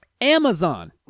Amazon